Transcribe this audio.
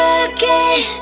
again